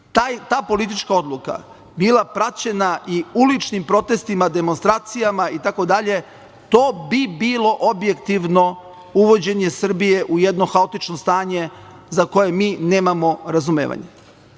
ta politička odluka bila praćena i uličnim protestima, demonstracijama, itd, to bi bilo objektivno uvođenje Srbije u jedno haotično stanje za koje mi nemamo razumevanja. Dakle,